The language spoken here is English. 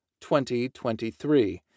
2023